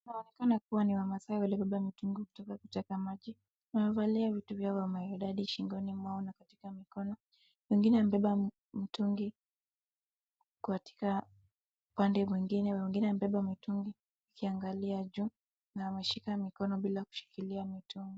Inaonekana kuwa ni wamaasai waliobeba mitungi kutoka kubeba maji. Wamevalia vitu vyao vya maridadi shingoni mwao na katika mikono. Mwengine amebeba mtungi katika upande mwingine, mwingine amebeba mitungi ikiangalia juu na ameshika mikono bila kushikilia mtungi.